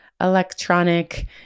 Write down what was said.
electronic